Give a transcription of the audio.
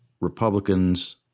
Republicans